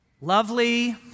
lovely